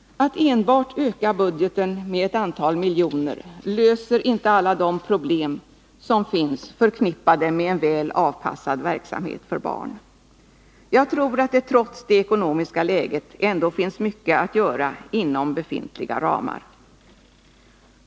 Att enbart öka budgeten med ett antal miljoner löser inte alla de problem som finns förknippade med en väl avpassad verksamhet för barn. Jag tror att det trots det ekonomiska läget ändå finns mycket att göra inom befintliga ramar.